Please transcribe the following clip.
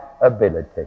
ability